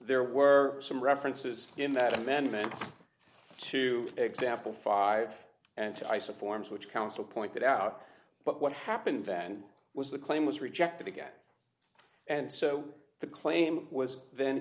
there were some references in that amendment to example five until i saw forms which counsel pointed out but what happened then was the claim was rejected again and so the claim was then